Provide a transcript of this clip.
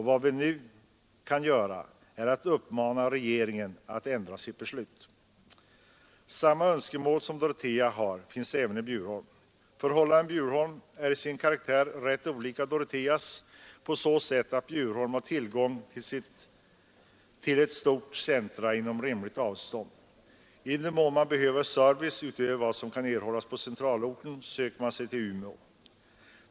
Vad vi nu kan göra är att uppmana regeringen att ändra sitt beslut. Samma önskemål som Dorotea har finns även i Bjurholm. Förhållandena i Bjurholm är till sin karaktär rätt olika Doroteas på så sätt att Bjurholm har tillgång till ett stort centrum inom rimligt avstånd. I den mån man behöver service utöver vad som kan erhållas på centralorten söker man sig till Umeå.